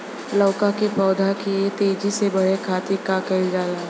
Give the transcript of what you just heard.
लउका के पौधा के तेजी से बढ़े खातीर का कइल जाला?